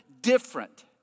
different